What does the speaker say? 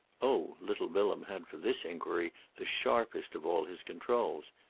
oh little bilham had for this enquiry the sharpest of all his controls.